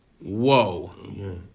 Whoa